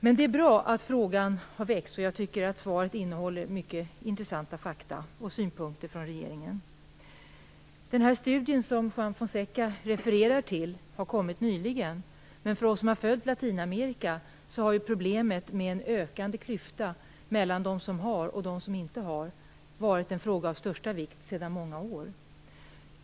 Men det är bra att frågan har väckts, och jag tycker att svaret innehåller många intressanta fakta och synpunkter från regeringen. Den studie som Juan Fonseca refererar till har kommit nyligen. Men för oss som har följt Latinamerika har problemet med ökade klyftor mellan dem som har och dem som inte har, varit en fråga av största vikt sedan många år.